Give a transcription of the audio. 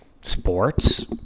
sports